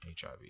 HIV